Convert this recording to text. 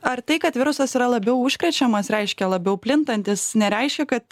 ar tai kad virusas yra labiau užkrečiamas reiškia labiau plintantis nereiškia kad